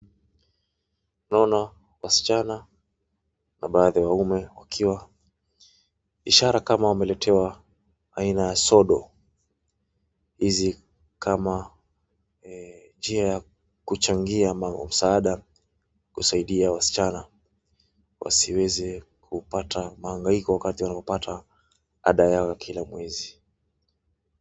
Naona wasichana ambaye na wanamume wakiwa ishara kama wameletewa aina sodo. Hizi kama ee njia ya kuchangia msaada kusaidia wasichana wasiwezi kupata mhangaiko wakati wanapata ada yao ya kila mwezi.